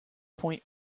point